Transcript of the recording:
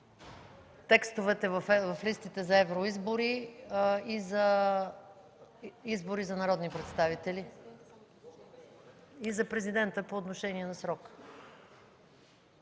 текстовете в листите за евроизбори, за избори за народни представители и за Президента, по отношение на срока?